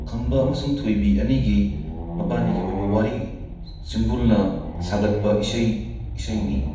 ꯈꯝꯕ ꯑꯃꯁꯨꯡ ꯊꯣꯏꯕꯤ ꯑꯅꯤꯒꯤ ꯃꯕꯥꯅꯤꯒꯤ ꯑꯣꯏꯕ ꯋꯥꯔꯤ ꯁꯤꯡꯕꯨꯜꯅ ꯁꯥꯒꯠꯄ ꯏꯁꯩ ꯏꯁꯩꯅꯤ